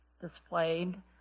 displayed